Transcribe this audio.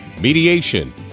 mediation